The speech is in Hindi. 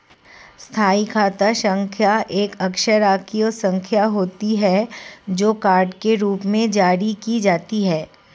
स्थायी खाता संख्या एक अक्षरांकीय संख्या होती है, जो कार्ड के रूप में जारी की जाती है